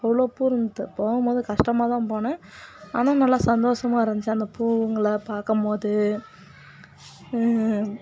அவ்வளோ பூ இருந்தது போகும்போது கஷ்டமாக தான் போனேன் ஆனால் நல்லா சந்தோஷமாக இருந்துச்சு அந்த பூவுங்களாம் பார்க்கும்போது